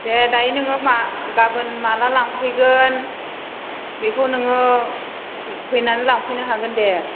दे दाहाय नोङो मा गाबोन माला लांफैगोन बेखौ नोङो फैनानै लांफैनो हागोन दे